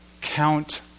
count